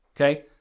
Okay